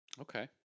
Okay